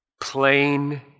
plain